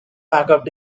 backup